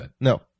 No